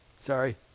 Sorry